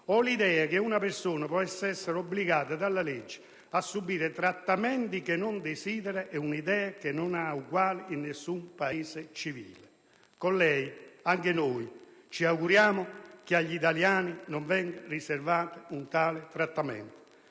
o l'idea che una persona possa essere obbligata dalla legge a subire trattamenti che non desidera, è un'idea che non ha uguali in nessun Paese civile». Con lei, anche noi ci auguriamo che agli italiani non venga riservato un tale trattamento.